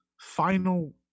final